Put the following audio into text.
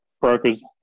brokers